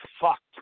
fucked